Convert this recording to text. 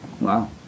Wow